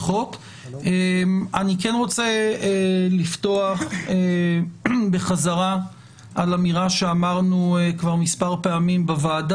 אני רוצה לפתוח בחזרה על אמירה שאמרנו כבר מספר פעמים בוועדה,